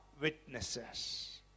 witnesses